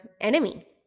enemy